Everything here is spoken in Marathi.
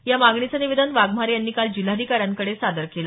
या मागणीचं निवेदन वाघमारे यांनी काल जिल्हाधिकाऱ्यांकडे सादर केलं